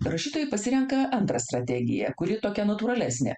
rašytojai pasirenka antrą strategiją kuri tokia natūralesnė